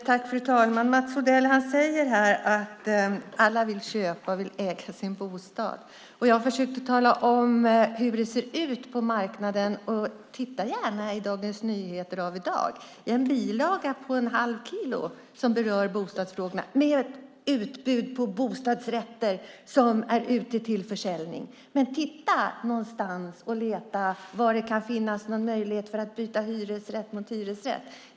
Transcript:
Fru talman! Mats Odell säger att alla vill köpa och äga sin bostad. Jag försökte tala om hur det ser ut på marknaden. Titta gärna i Dagens Nyheter av i dag. Det finns en bilaga på ett halv kilo som berör bostadsfrågorna. Där finns ett utbud av bostadsrätter som är ute till försäljning. Men leta efter var det kan finnas en möjlighet att byta hyresrätt mot hyresrätt.